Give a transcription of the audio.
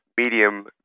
medium